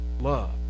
Love